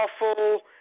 awful